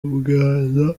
bwiza